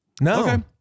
No